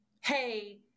hey